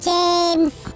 James